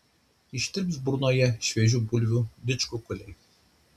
ištirps burnoje šviežių bulvių didžkukuliai